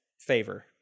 favor